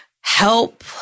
help